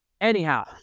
anyhow